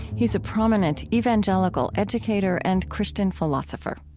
he's a prominent evangelical educator and christian philosopher.